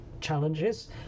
challenges